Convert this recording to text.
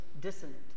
dissonant